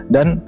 Dan